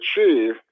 achieve